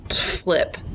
flip